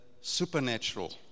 supernatural